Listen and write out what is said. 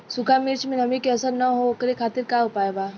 सूखा मिर्चा में नमी के असर न हो ओकरे खातीर का उपाय बा?